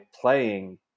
playing